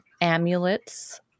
amulets